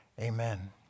Amen